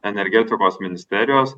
energetikos ministerijos